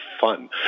fun